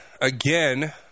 again